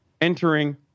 entering